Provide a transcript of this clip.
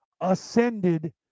ascended